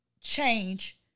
change